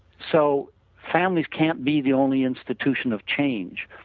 so families can't be the only institution of change,